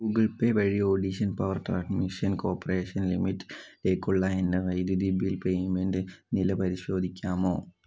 Google Pay വഴി ഓഡീഷൻ power tracking mission corporation limit ലേക്കുള്ള എൻ്റെ വൈദ്യുതി ബിൽ പേയ്മെൻ്റ് നില പരിശോധിക്കാമോ